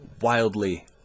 wildly